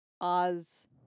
Oz